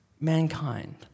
mankind